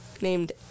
named